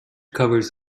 covers